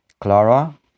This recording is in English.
Clara